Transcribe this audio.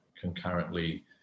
concurrently